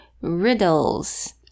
riddles